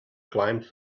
climbed